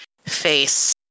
face